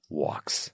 walks